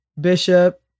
Bishop